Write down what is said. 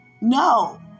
No